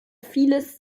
vieles